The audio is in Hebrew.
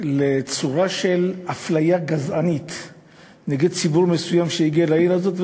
לצורה של אפליה גזענית נגד ציבור מסוים שהגיע לעיר הזאת,